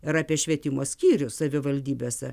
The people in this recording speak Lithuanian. ir apie švietimo skyrių savivaldybėse